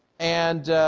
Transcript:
and,